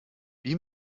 wie